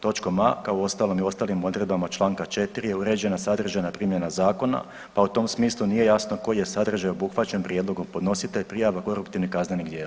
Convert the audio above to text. Točkom a kao uostalom i ostalim odredbama čl. 4. je uređena sadržana primjena zakona pa u tom smislu nije jasno koji je sadržaj obuhvaćen prijedlogom podnositelj prijava koruptivnih kaznenih djela.